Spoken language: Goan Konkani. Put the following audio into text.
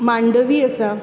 मांडवी आसा